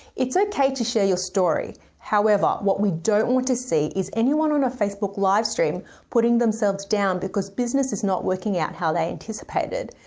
it's okay to share your story. however, what we don't want to see is anyone on a facebook livestream putting themselves down because business is not working out how they anticipated.